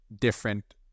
different